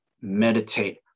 meditate